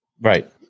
Right